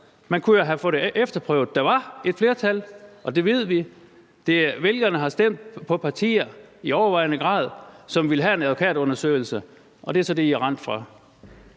Man kunne jo have fået det efterprøvet. Der var et flertal, det ved vi. Vælgerne har i overvejende grad stemt på partier, som ville have en advokatundersøgelse, og det er så det, I er rendt fra.